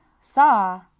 saw